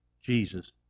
Jesus